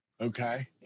Okay